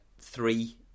three